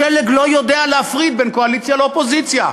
השלג לא יודע להפריד בין קואליציה לאופוזיציה.